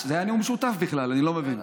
זה היה נאום משותף בכלל, אני לא מבין.